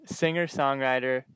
singer-songwriter